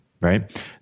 right